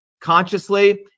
consciously